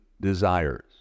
desires